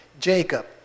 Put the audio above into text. Jacob